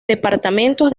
departamentos